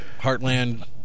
Heartland